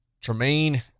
Tremaine